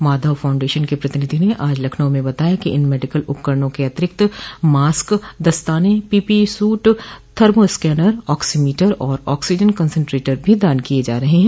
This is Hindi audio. माधव फाण्डेशन के प्रतिनिधि ने आज लखनऊ में बताया कि इन मेडिकल उपकरणों के अतिरिक्त मास्क दस्ताने पीपीई सूट थर्मोस्नेकर आक्सीमीटर और आक्सीजन कंसेनट्रेटर भी दान किया जा रहा है